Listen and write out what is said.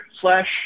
slash